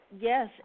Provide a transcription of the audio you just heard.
Yes